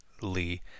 Lee